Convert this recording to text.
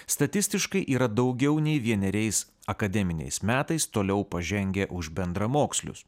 statistiškai yra daugiau nei vieneriais akademiniais metais toliau pažengę už bendramokslius